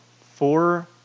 four